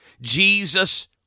Jesus